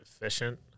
Efficient